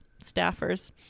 staffers